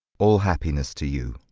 all happiness to you.